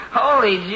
holy